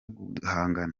guhana